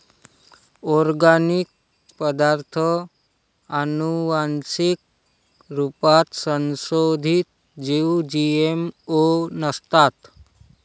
organic पदार्ताथ आनुवान्सिक रुपात संसोधीत जीव जी.एम.ओ नसतात